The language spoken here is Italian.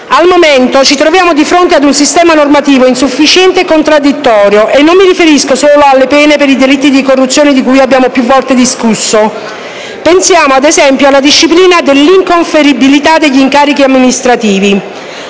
Al momento, ci troviamo di fronte ad un sistema normativo insufficiente e contraddittorio e non mi riferisco solo alle pene per i delitti di corruzione di cui abbiamo più volte discusso: pensiamo, ad esempio, alla disciplina dell'inconferibilità degli incarichi amministrativi.